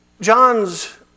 John's